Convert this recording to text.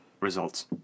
results